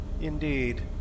Indeed